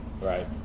Right